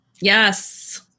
Yes